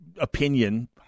opinion